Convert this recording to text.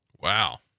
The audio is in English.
Wow